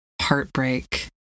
heartbreak